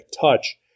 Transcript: touch